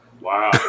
Wow